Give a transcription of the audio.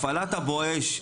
הפעלת ה"בואש"